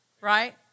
Right